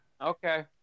Okay